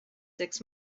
six